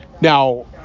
Now